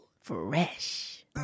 fresh